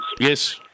Yes